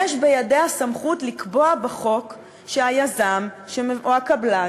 יש בידיה סמכות לקבוע בחוק שהיזם או הקבלן